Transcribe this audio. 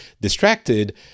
distracted